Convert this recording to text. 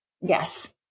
Yes